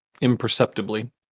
imperceptibly